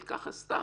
אבל ככה סתם,